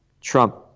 Trump